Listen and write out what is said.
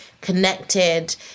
connected